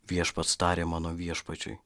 viešpats tarė mano viešpačiui